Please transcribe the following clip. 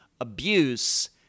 abuse